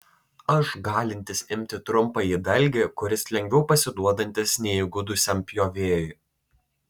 aš galintis imti trumpąjį dalgį kuris lengviau pasiduodantis neįgudusiam pjovėjui